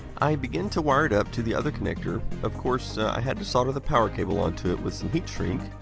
i began to wire it up to the other connector. of course, i had to solder the power cable onto it with some heatshrink.